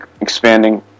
expanding